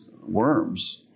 worms